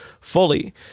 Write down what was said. fully